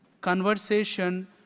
conversation